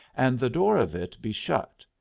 and the door of it be shut.